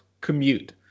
commute